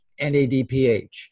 NADPH